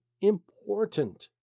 important